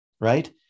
Right